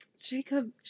Jacob